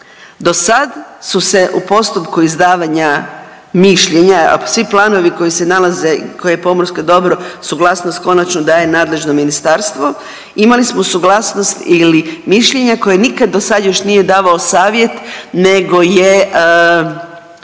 Do sad su se u postupku izdavanja mišljenja svi planove koji se nalaze koje je pomorsko dobro suglasnost konačno daje nadležno ministarstvo, imali smo suglasnost ili mišljenja koja nikad do sad još nije davao savjet nego je